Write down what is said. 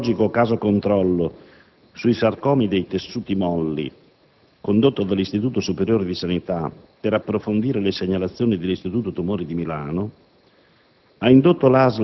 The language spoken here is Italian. epidemiologico caso controllo sui sarcomi dei tessuti molli, condotto dall'Istituto superiore di sanità per approfondire le segnalazioni dell'Istituto tumori di Milano,